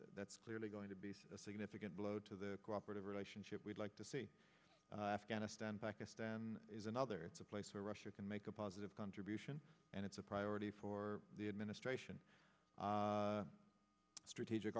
that's clearly going to be a significant blow to the cooperative relationship we'd like to see afghanistan pakistan is another place where russia can make a positive contribution and it's a priority for the administration strategic